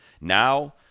now